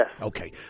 Okay